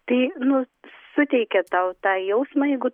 tai nu suteikia tau tą jausmą jeigu